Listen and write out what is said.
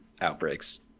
outbreaks